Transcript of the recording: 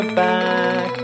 back